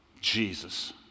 Jesus